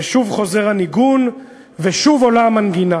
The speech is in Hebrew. ושוב חוזר הניגון ושוב עולה המנגינה,